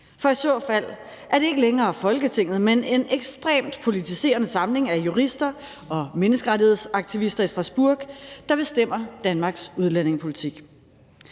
for i så fald er det ikke længere Folketinget, men en ekstremt politiserende samling af jurister og menneskerettighedsaktivister i Strasbourg, der bestemmer Danmarks udlændingepolitik.